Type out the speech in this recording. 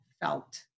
felt